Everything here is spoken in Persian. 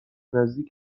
نزدیک